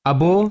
Abo